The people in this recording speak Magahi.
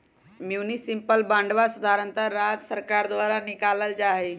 म्युनिसिपल बांडवा साधारणतः राज्य सर्कार द्वारा निकाल्ल जाहई